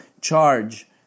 charge